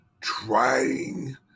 trying